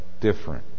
different